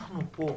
אנחנו פה,